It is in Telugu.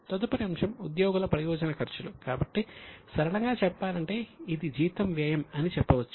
తదుపరి అంశం ఉద్యోగుల ప్రయోజన ఖర్చులు కాబట్టి సరళంగా చెప్పాలంటే ఇది జీతం వ్యయం అని చెప్పవచ్చు